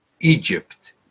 Egypt